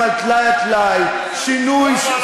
דבר לעניין, זה הכול.